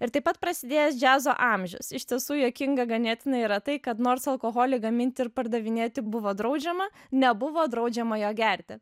ir taip pat prasidėjęs džiazo amžius iš tiesų juokinga ganėtinai yra tai kad nors alkoholį gaminti ir pardavinėti buvo draudžiama nebuvo draudžiama jo gerti